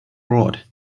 rod